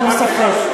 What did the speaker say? ללא ספק.